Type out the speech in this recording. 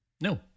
No